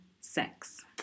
Sex